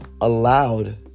allowed